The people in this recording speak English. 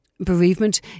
bereavement